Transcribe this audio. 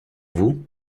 vous